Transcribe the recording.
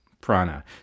prana